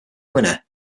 winner